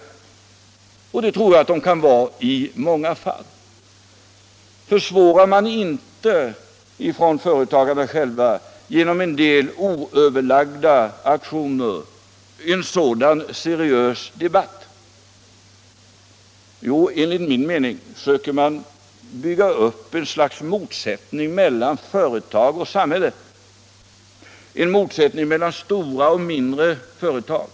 Och det tror jag att de kan vara i många fall. Försvårar man inte från företagarna själva genom en del oöverlagda aktioner en sådan seriös debatt? Jo, enligt min mening söker man bygga upp ett slags motsättning mellan företag och samhälle och en motsättning mellan stora och mindre företag.